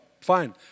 fine